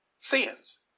sins